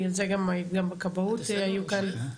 בגלל זה גם הכבאות היו כאן.